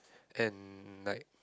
and like